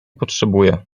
potrzebuję